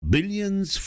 Billions